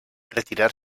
retirar